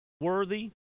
Worthy